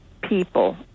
people